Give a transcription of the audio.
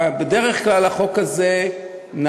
בדרך כלל החוק הזה נהג,